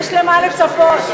יש למה לצפות.